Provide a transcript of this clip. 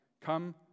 Come